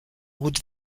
route